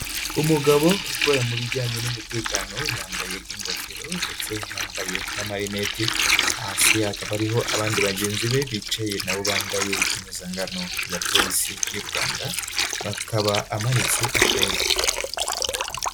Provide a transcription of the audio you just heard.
Umugabo ukora mu bijyanye n'umutekano yambaye ingofero ndetse yambaye n'amarineti hasi, hakaba ariho abandi bagenzi be bicaye nabo bambaye impuzankano ya Polisi y'u Rwanda, bakaba amanitse akaboko.